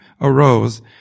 arose